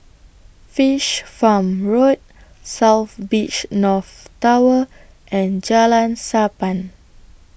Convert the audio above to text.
Fish Farm Road South Beach North Tower and Jalan Sappan